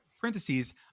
parentheses